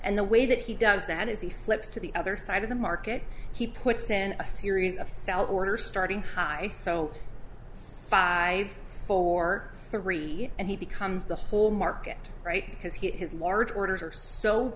and the way that he does that is he flips to the other side of the market he puts in a series of sell orders starting high so five for three and he becomes the whole market right because he has large orders are so